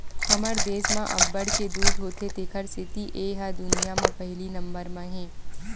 हमर देस म अब्बड़ के दूद होथे तेखर सेती ए ह दुनिया म पहिली नंबर म हे